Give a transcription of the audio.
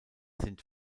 sind